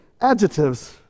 adjectives